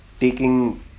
taking